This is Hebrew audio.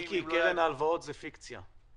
מיקי, קרן ההלוואות זו פיקציה.